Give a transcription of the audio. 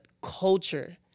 culture